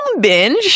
binge